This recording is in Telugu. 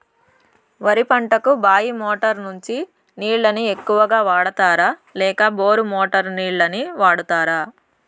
వరి పంటకు బాయి మోటారు నుండి నీళ్ళని ఎక్కువగా వాడుతారా లేక బోరు మోటారు నీళ్ళని వాడుతారా?